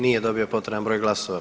Nije dobio potreban broj glasova.